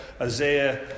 Isaiah